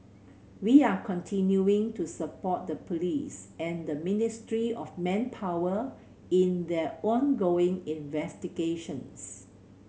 we are continuing to support the police and the Ministry of Manpower in their ongoing investigations